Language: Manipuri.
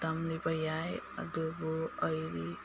ꯇꯝꯂꯤꯕ ꯌꯥꯏ ꯑꯗꯨꯕꯨ ꯑꯩꯗꯤ